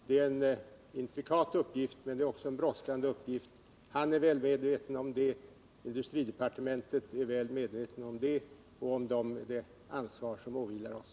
Det är en intrikat men också en brådskande uppgift. Arne Callans är väl medveten om det, industridepartementet är också väl medvetet om det och om det ansvar som åvilar oss.